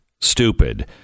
stupid